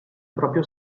proprio